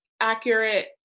accurate